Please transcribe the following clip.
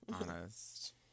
honest